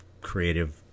creative